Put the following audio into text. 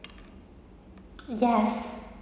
yes